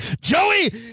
Joey